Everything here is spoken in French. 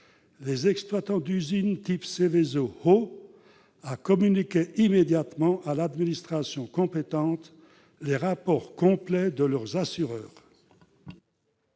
les exploitants d'usines de type Seveso haut à communiquer immédiatement à l'administration compétente les rapports complets de leurs assureurs